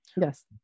Yes